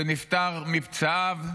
שנפטר מפצעיו,